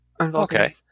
okay